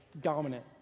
dominant